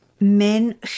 men